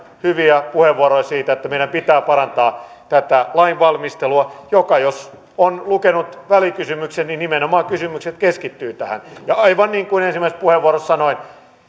hyviä puheenvuoroja siitä että meidän pitää parantaa tätä lainvalmistelua ja jos on lukenut välikysymyksen nimenomaan kysymykset keskittyvät tähän aivan niin kuin ensimmäisessä puheenvuorossani sanoin